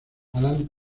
alan